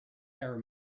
error